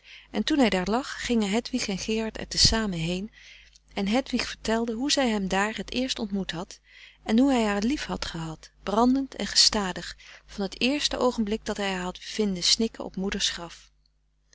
en toen hij daar lag gingen hedwig en gerard er te samen heen en hedwig vertelde hoe zij hem daar het eerst ontmoet had en hoe hij haar lief had gehad brandend en gestadig van het eerste oogenblik dat hij haar had vinden snikken op moeders